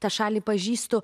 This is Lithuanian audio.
tą šalį pažįstu